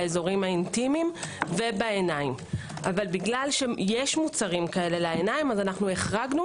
באזורים האינטימיים ובעיניים אבל כיוון שיש מוצרים כאלה לעיניים החרגנו